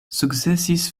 sukcesis